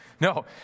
No